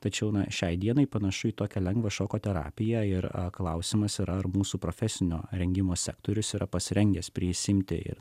tačiau šiai dienai panašu į tokią lengvą šoko terapiją ir klausimas yra ar mūsų profesinio rengimo sektorius yra pasirengęs prisiimti ir